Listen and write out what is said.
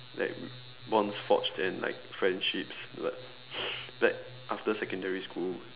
like bonds forged and like friendships like back after secondary school